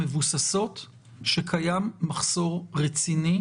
המבוססות שקיים מחסור רציני